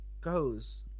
goes